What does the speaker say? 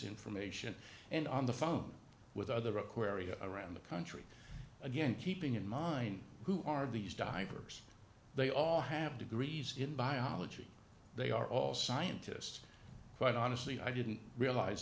information and on the phone with other aquaria around the country again keeping in mind who are these divers they all have degrees in biology they are all scientists but honestly i didn't realize